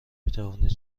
میتوانید